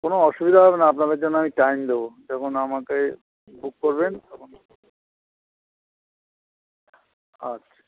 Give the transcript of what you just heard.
কোনো অসুবিধা হবে না আপনাদের জন্য আমি টাইম দেবো যখন আমাকে বুক করবেন তখন আচ্ছা